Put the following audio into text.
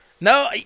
No